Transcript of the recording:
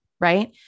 Right